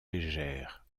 légère